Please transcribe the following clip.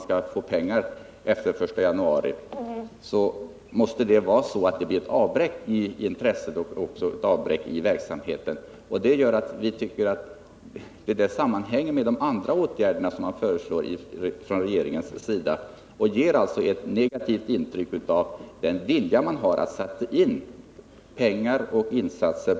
Det förhållandet att man nu inte vet varifrån man skall få pengar till sådana insatser efter den 1 januari måste innebära att vi får ett avbräck i fråga om intresset från fastighetsägarnas sida och när det gäller verksamheten med frivilliga insatser över huvud taget.